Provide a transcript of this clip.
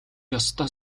ёстой